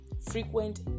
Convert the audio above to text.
frequent